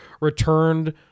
returned